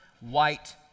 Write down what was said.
White